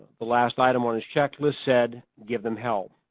the last item on his checklist said give them hell.